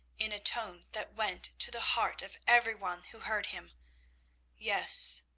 in a tone that went to the heart of every one who heard him yes,